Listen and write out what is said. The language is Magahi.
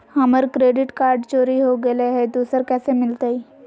हमर क्रेडिट कार्ड चोरी हो गेलय हई, दुसर कैसे मिलतई?